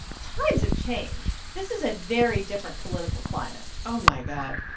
times have changed. this is a very different political climate oh, my god.